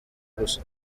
gusa